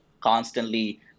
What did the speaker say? constantly